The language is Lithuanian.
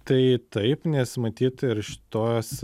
tai taip nes matyt ir šitos